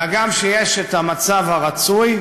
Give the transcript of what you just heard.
והגם שיש המצב הרצוי,